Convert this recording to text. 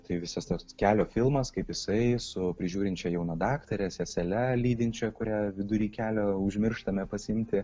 tai visas tas kelio filmas kaip jisai su prižiūrinčia jauna daktare sesele lydinčia kurią vidury kelio užmirštame pasiimti